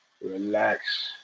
relax